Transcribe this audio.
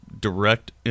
direct